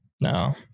No